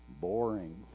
boring